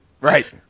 Right